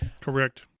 correct